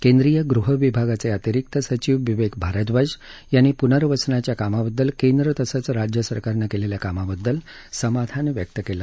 केंद्रीय गृहविभागाचे अतिरिक्त सचिव विवेक भारद्वाज यांनी पुनर्वसनाच्या कामाबद्दल केंद्र तसंच राज्य सरकारनं केलेल्या कामाबद्दल समाधान व्यक्त केलं